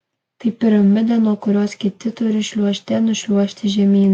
tai piramidė nuo kurios kiti turi šliuožte nušliuožti žemyn